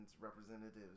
representatives